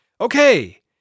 Okay